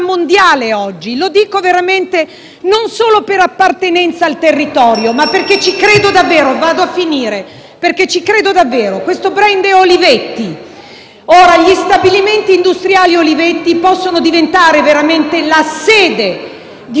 non solo per appartenenza al territorio, ma perché ci credo davvero. *(Richiami del Presidente).* Termino. Questo *brand* è Olivetti. Gli stabilimenti industriali Olivetti possono diventare veramente la sede di una piattaforma digitale europea,